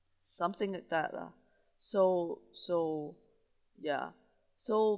something like that lah so so ya so